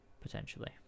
Potentially